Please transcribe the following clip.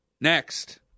Next